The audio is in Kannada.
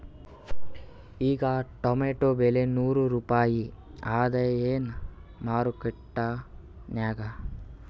ಈಗಾ ಟೊಮೇಟೊ ಬೆಲೆ ನೂರು ರೂಪಾಯಿ ಅದಾಯೇನ ಮಾರಕೆಟನ್ಯಾಗ?